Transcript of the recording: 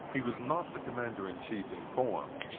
he was not the commander-in-chief in form,